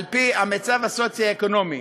על-פי המצב הסוציו-אקונומי.